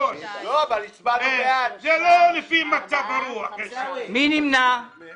--- הצבעה בעד הפניות 10 נגד, 5 נמנעים, 1